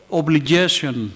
obligation